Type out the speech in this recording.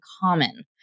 common